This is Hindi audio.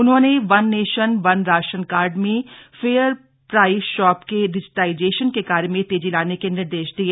उन्होंने one nation one ration card में फेयर प्राईस शॉप के डिजिटाईजेशन के कार्य में तेजी लाने के निर्देश दिए